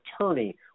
attorney